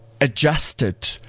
adjusted